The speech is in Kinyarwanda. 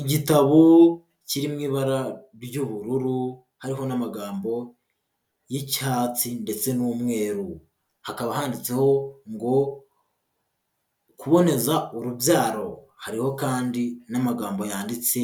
Igitabo kiri mu ibara ry'ubururu hariho n'amagambo y'icyatsi ndetse n'umweru, hakaba handitseho ngo kuboneza urubyaro, hariho kandi n'amagambo yanditse